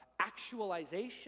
actualization